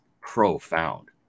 profound